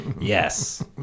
yes